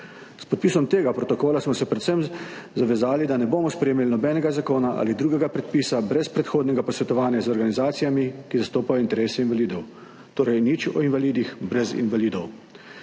S podpisom tega protokola smo se predvsem zavezali, da ne bomo sprejemali nobenega zakona ali drugega predpisa brez predhodnega posvetovanja z organizacijami, ki zastopajo interese invalidov. Torej nič o invalidih brez invalidov.